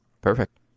perfect